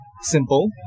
simple